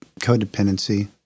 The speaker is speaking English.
codependency